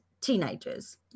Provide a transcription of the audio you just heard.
teenagers